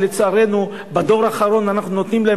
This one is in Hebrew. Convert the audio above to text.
שלצערנו בדור האחרון אנחנו נותנים להם,